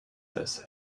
this